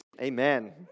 Amen